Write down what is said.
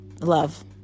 Love